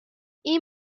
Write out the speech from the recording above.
این